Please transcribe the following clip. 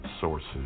sources